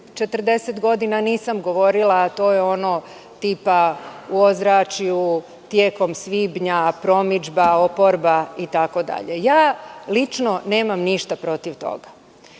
40 godina nisam govorila, a to je ono tipa – u ozračju, tjekom svibnja, promidžba, oporba, itd. Ja lično nemam ništa protiv toga.